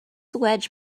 wedge